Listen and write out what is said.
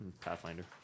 Pathfinder